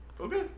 Okay